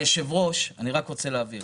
היושב-ראש, אני רק רוצה להבהיר.